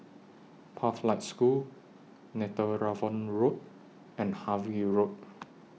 Pathlight School Netheravon Road and Harvey Road